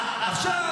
--- עכשיו,